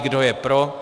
Kdo je pro?